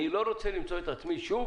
אני לא רוצה למצוא את עצמי שוב